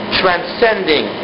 transcending